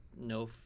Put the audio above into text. no